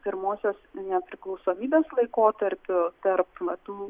pirmosios nepriklausomybės laikotarpiu tarp va tų